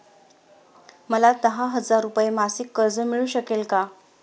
मला दहा हजार रुपये मासिक कर्ज मिळू शकेल का?